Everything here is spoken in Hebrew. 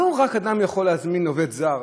אדם לא יכול להזמין רק עובד זר